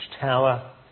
tower